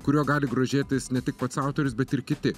kuriuo gali grožėtis ne tik pats autorius bet ir kiti